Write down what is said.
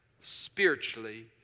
spiritually